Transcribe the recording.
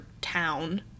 town